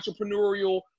entrepreneurial